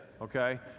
okay